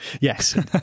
Yes